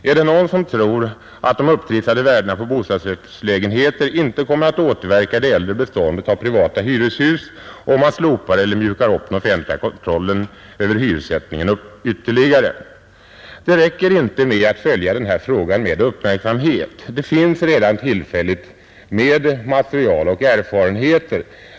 Är det någon som tror att de upptrissade värdena på bostadsrättslägenheter inte kommer att återverka i det äldre beståndet av privata hyreshus om man slopar eller mjukar upp den offentliga kontrollen över hyressättningen ytterligare? Det räcker inte med att följa den här frågan med uppmärksamhet. Det finns redan tillräckligt med material och erfarenheter.